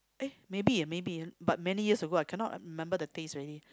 eh maybe ya maybe but many years ago I cannot remember the taste already